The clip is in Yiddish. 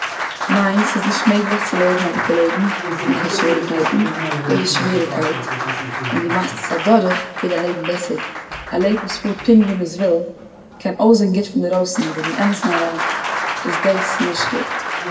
ניין ס'איז נישט מעגליך צו לעבן א גוטע לעבן אן קיין שוועריקייטן. יעדע שוועריקייט ווען די מאכסט עס אדורך ווערט דיין לעבן בעסער. א לעבן וואס פארט פונקט ווי מ'וויל קען אויסזען גוט פון אינדרויסן, אבער און אמת'ן אריין איז דאס נישט גוט.